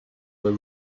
were